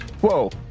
Whoa